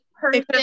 person